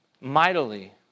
mightily